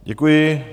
Děkuji.